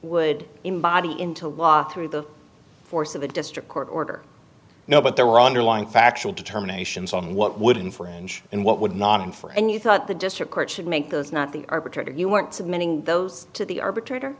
would embody into law through the force of a district court order now but there were underlying factual determination some what would infringe and what would not and for and you thought the district court should make those not the arbitrator you want submitting those to the arbitrator